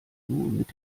mit